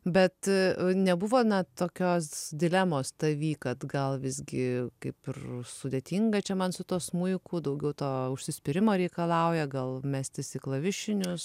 bet nebuvo na tokios dilemos tavy kad gal visgi kaip ir sudėtinga čia man su tuo smuiku daugiau to užsispyrimo reikalauja gal mestis į klavišinius